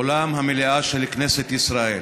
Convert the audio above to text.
אולם המליאה של כנסת ישראל.